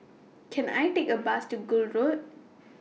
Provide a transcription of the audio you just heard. Can I Take A Bus to Gul Road